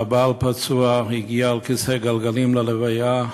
והבעל פצוע והגיע על כיסא גלגלים ללוויה,